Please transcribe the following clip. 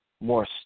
more